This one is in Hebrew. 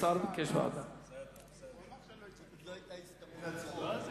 הכנסת נתקבלה.